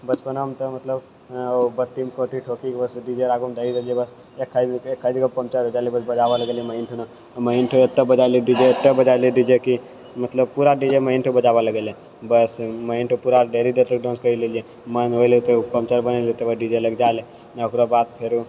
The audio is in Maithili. बचपनोमे तऽ मतलब ओ बत्तीके ठोकि कऽ बस डी जे आगू रऽ दै देलियै बस एकै लए एकैहि जगह पञ्चर हो जालै बस बजाबऽ लगै एहिठुना एतऽ बजाइले डी जे एतऽ बजाइले डी जे कि मतलब पूरा डी जे मिन्टो बजाबै लगलै बस महिंठो पूरा ढ़ेरी देर तक डान्स करि लेलियै मानो अय लेल तऽ पञ्चर बनेलै तकर बाद डी जे लग जाइ ले आओर ओकर बाद फेरो